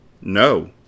No